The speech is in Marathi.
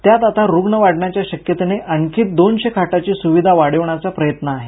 त्यात आता रुग्ण वाढण्याच्या शक्यतेने आणखी दोनशे खाटाची सुविधा वाढविण्याचा प्रयत्न आहे